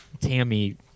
Tammy